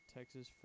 Texas